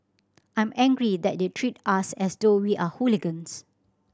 I'm angry that they treat us as though we are hooligans